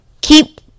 keep